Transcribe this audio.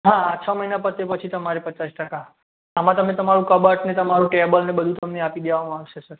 હા છ મહિના પતે પછી તમારે પચાસ ટકા આમાં તમે તમારું કબાટ ને તમારું ટેબલને બધું તમને આપી દેવામાં આવશે સર